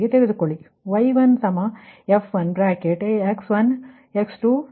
y1 f1x1 x2